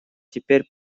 теперь